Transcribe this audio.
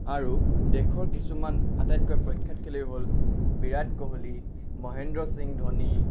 আৰু দেশৰ কিছুমান আটাইতকৈ প্ৰখ্যাত খেলুৱৈ হ'ল বিৰাট কোহলি মহেন্দ্ৰ সিং ধোনী